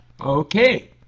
Okay